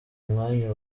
mwanya